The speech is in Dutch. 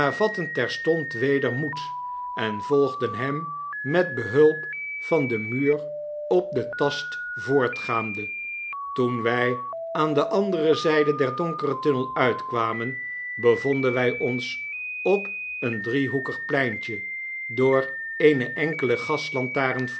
vatten terstond weder moed en volgden hem met behulp van den muur op den tast voortgaande toen wij aan de andere zijdeder donkere tunnel uitkwamen bevonden wy ons op een driehoekig pleintje door eene enkele